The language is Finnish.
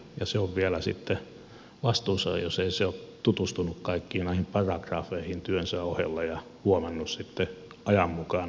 ja hän on vielä sitten vastuussa jos ei ole tutustunut kaikkiin näihin paragrafeihin työnsä ohella ja huomannut sitten ajan mukaan ottaa näytteitä